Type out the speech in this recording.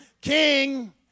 King